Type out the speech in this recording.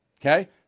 Okay